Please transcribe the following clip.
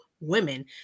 women